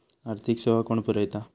आर्थिक सेवा कोण पुरयता?